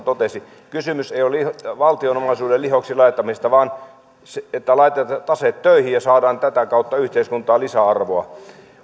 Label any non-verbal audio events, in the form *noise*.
*unintelligible* totesi kysymys ei ole valtion omaisuuden lihoiksi laittamisesta vaan siitä että laitetaan taseet töihin ja saadaan tätä kautta yhteiskuntaan lisäarvoa